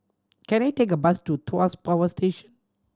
can I take a bus to Tuas Power Station